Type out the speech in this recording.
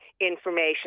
information